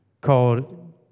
called